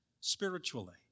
spiritually